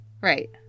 Right